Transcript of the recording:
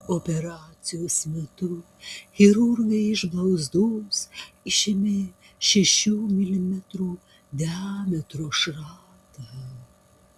operacijos metu chirurgai iš blauzdos išėmė šešių milimetrų diametro šratą